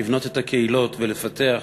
לבנות את הקהילות ולפתח,